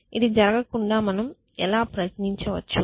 ఇది జరగకుండా మనము ఎలా ప్రయత్నించవచ్చు